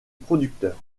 producteur